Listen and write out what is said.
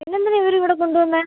ഇതെന്തിനാ ഇവർ ഇവിടെ കൊണ്ട് വന്നത്